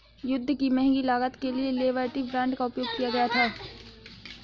युद्ध की महंगी लागत के लिए लिबर्टी बांड का उपयोग किया गया था